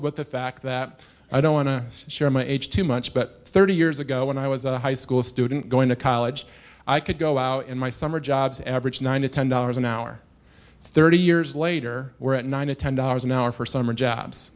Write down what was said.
with the fact that i don't want to share my age too much but thirty years ago when i was a high school student going to college i could go out in my summer jobs average nine to ten dollars an hour thirty years later we're at nine to ten dollars an hour for summer jobs